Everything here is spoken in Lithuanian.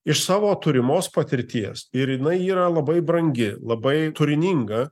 iš savo turimos patirties ir jinai yra labai brangi labai turininga